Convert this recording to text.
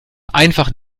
einfach